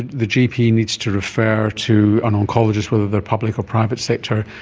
the gp needs to refer to an oncologist, whether they are public or private sector,